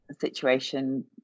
situation